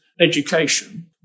education